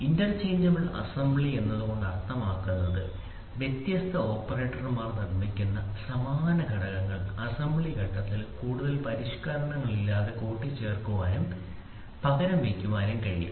interchangeable assembly എന്നതുകൊണ്ട് അർത്ഥമാക്കുന്നത് വ്യത്യസ്ത ഓപ്പറേറ്റർമാർ നിർമ്മിക്കുന്ന സമാന ഘടകങ്ങൾ അസംബ്ലി ഘട്ടത്തിൽ കൂടുതൽ പരിഷ്ക്കരണങ്ങളില്ലാതെ കൂട്ടിച്ചേർക്കാനും പകരം വയ്ക്കാനും കഴിയും